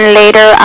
later